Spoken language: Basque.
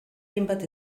hainbat